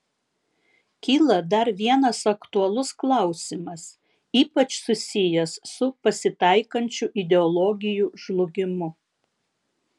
kyla dar vienas aktualus klausimas ypač susijęs su pasitaikančiu ideologijų žlugimu